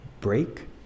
break